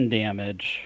damage